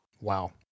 Wow